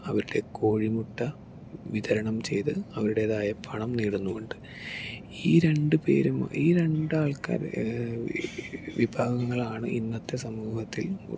അവരുടെ കോഴിമുട്ട വിതരണം ചെയ്ത് അവരുടേതായ പണം നേടുന്നുമുണ്ട് ഈ രണ്ടുപേരും ഈ രണ്ടാൾക്കാരും വിഭാഗങ്ങളാണ് ഇന്നത്തെ സമൂഹത്തിൽ